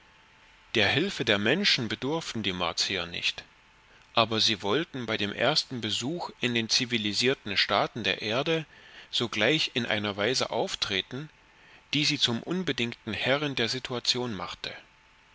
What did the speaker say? der hilfe der menschen bedurften die martier nicht aber sie wollten bei dem ersten besuch in den zivilisierten staaten der erde sogleich in einer weise auftreten die sie zum unbedingten herren der situation machte